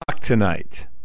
tonight